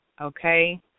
Okay